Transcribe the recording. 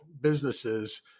businesses